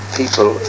people